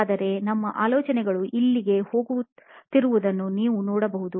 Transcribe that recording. ಆದರೆ ನಮ್ಮ ಅವಲೋಕನಗಳು ಇಲ್ಲಿಗೆ ಹೋಗುತ್ತಿರುವುದನ್ನು ನೀವು ನೋಡಬಹುದು